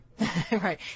Right